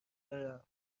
دارم